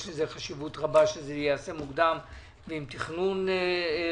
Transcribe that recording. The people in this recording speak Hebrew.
יש חשיבות רבה לכך שזה ייעשה מוקדם ועם תכנון רציני.